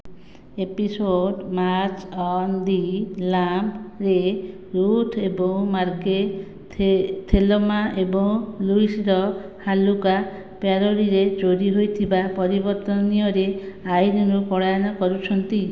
episode Marge on the lam ରେ Ruth ଏବଂ Marge Thelma ଏବଂ ଲୁଇସ୍ ର ହାଲୁକା ପ୍ୟାରୋଡିରେ ଚୋରି ହୋଇଥିବା ପରିବର୍ତ୍ତନୀୟରେ ଆଇନରୁ ପଳାୟନ କରୁଛନ୍ତି